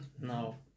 No